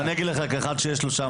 בדיונים של ועדת חוקה?